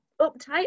uptight